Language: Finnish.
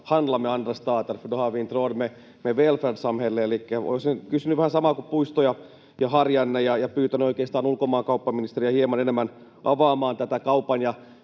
handla med andra stater, för då har vi inte råd med välfärdssamhället. Elikkä olisin kysynyt vähän samaa kuin Puisto ja Harjanne ja oikeastaan pyytänyt ulkomaankauppaministeriä hieman enemmän avaamaan tätä kaupan